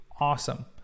awesome